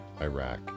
Iraq